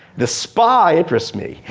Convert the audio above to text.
the spy interests me.